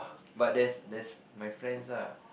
but there's there's my friends ah